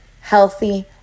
healthy